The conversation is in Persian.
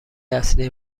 اصلی